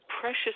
precious